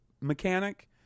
mechanic